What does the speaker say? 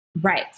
Right